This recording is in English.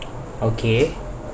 okay